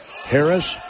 Harris